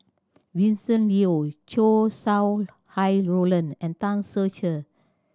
Vincent Leow Chow Sau Hai Roland and Tan Ser Cher